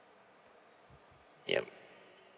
yup